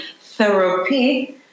therapy